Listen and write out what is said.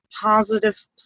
positive